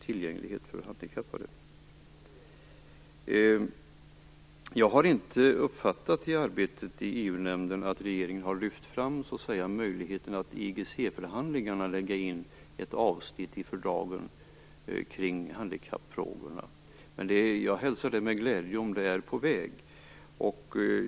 Jag har inte i EU-nämnden uppfattat det som att regeringen har lyft fram möjligheten att i IGC förhandlingarna lägga in ett avsnitt i fördragen kring handikappfrågorna, men jag hälsar det med glädje om det är på väg.